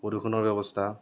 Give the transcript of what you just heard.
প্ৰদূষণৰ ব্যৱস্থা